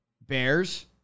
Bears